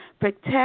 Protect